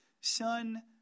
son